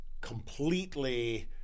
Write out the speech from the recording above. completely